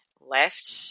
left